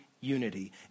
unity